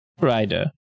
Rider